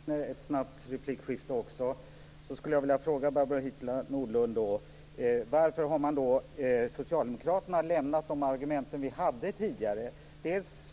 Herr talman! Eftersom vi har några minuter kvar hinner vi kanske ett snabbt replikskifte också. Jag skulle vilja fråga Barbro Hietala Nordlund varför Socialdemokraterna har lämnat de argument vi framförde tidigare. Det